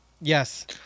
yes